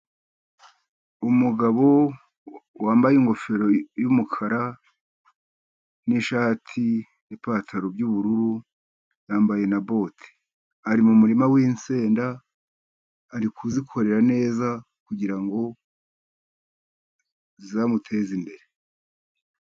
Umugabo wambaye ingofero y'umukara, n'ishati, n'ipantaro by'ubururu, yambaye na bote, ari mu muririma w'insenda arikuzikorera neza kugirango zamuteze imbere.